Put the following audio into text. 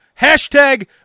Hashtag